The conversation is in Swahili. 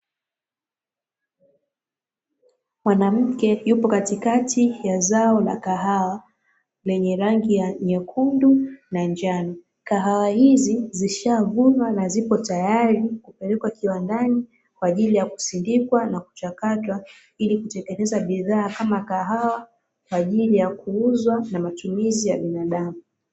Mwanamke yupo katikati ya zao la kahawa lenye rangi nyekundu na njano. Kahawa hizi zishavunwa na zipo tayari kupelekwa kiwandani kwa ajili ya kusindikwa na kuchakatwa ili kutengeneza bidhaa kama kahawa, kwa ajili ya kuuzwa na matumizi ya binadamu.